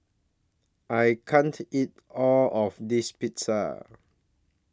I can't eat All of This Pizza